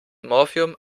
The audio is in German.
morphium